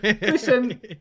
Listen